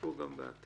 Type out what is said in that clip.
שיצטרפו גם בעתיד.